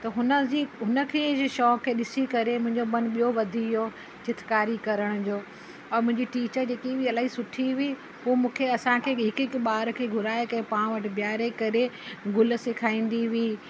त हुनज़ी हुनखे शौंक़ु खे ॾिसी करे मुंहींजो मन ॿियो वधी वियो चित्रकारी करण जो ऐं मुंहिंजी टीचर जेकी इलाही सुठी हुई हूअ मूंखे असांखे हिकु हिकु ॿार खे घुराए के पां वटि ॿीहारे करे गुल सेखारींदी हुई